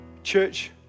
Church